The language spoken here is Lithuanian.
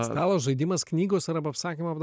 stalo žaidimas knygos arba apsakymo apda